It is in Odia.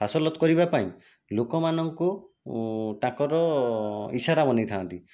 ହାସଲତ୍ କରିବାପାଇଁ ଲୋକମାନଙ୍କୁ ତାଙ୍କର ଇସାରା ବନେଇଥାନ୍ତି